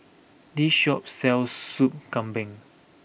this shop sells Sup Kambing